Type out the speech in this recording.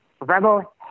Rebel